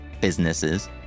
businesses